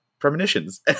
premonitions